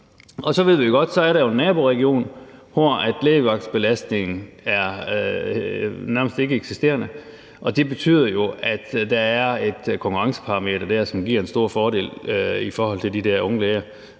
Og så ved vi jo godt, at så er der en naboregion, hvor lægevagtsbelastningen er nærmest ikkeeksisterende, og det betyder jo, at der er et konkurrenceparameter dér, som giver en stor fordel i forhold til de der unge læger,